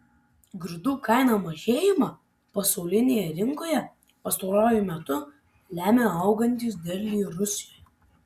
grūdų kainų mažėjimą pasaulinėje rinkoje pastaruoju metu lemia augantys derliai rusijoje